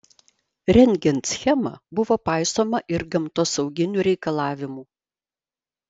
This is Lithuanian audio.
rengiant schemą buvo paisoma ir gamtosauginių reikalavimų